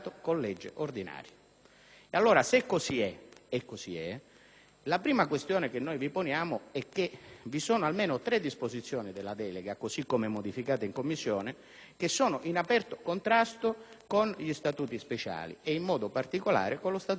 é - e così è - la prima questione che poniamo è che vi sono almeno tre disposizioni della delega, così come modificate in Commissione, che sono in aperto contrasto con gli Statuti speciali, in modo particolare con quello della Regione siciliana.